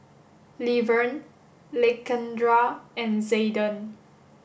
Levern Lakendra and Zaiden